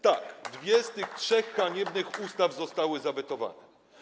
Tak, dwie z tych trzech haniebnych ustaw zostały zawetowane.